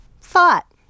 thought